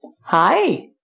Hi